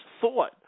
thought